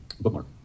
bookmark